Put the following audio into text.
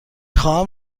خواهم